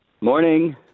Morning